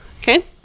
okay